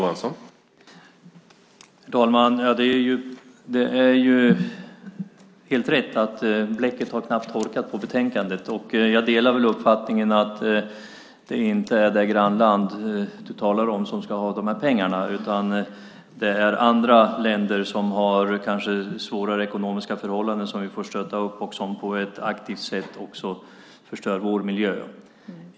Herr talman! Det är helt rätt att bläcket knappt har torkat på betänkandet. Jag delar uppfattningen att det inte är det grannland du talar om som ska ha dessa pengar, utan det är andra länder som kanske har svårare ekonomiska förhållanden och som på ett aktivt sätt förstör vår miljö.